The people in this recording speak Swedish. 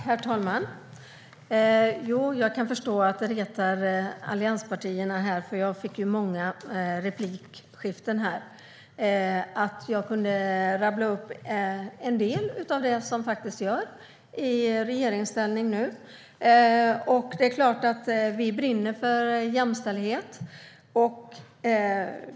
Herr talman! Jag kan förstå att det retar allianspartierna, eftersom jag fick många replikskiften, att jag kunde rabbla upp en del av det vi nu gör i regeringsställning. Det är klart att vi brinner för jämställdhet.